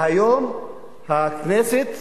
והיום הכנסת,